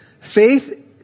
Faith